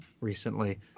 recently